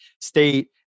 state